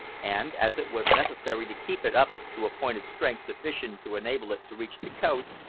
and, as it was necessary to keep it up to a point of strength sufficient to enable it to reach the coast,